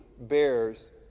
bears